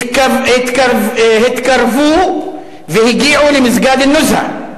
התקרבו והגיעו למסגד אל-נוזהא,